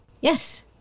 Yes